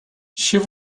she